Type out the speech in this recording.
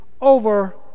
over